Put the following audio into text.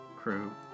crew